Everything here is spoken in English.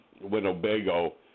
Winnebago